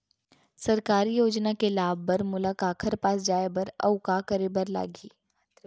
सरकारी योजना के लाभ बर मोला काखर पास जाए बर अऊ का का करे बर लागही?